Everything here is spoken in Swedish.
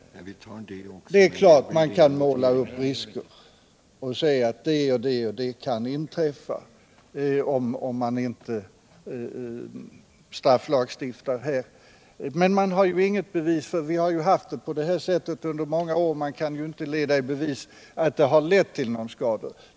Man kan naturligtvis alltid måla upp risker och säga att det och det kan inträffa, om man inte strafflagstiftar. Men vi har ju haft det på det här sättet under många år, och man kan inte leda i bevis att det varit till skada.